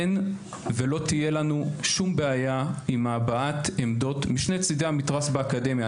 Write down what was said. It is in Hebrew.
אין ולא תהיה לנו שום בעיה עם הבעת עמדות משני צידי המתרס באקדמיה,